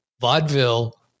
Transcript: vaudeville